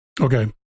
Okay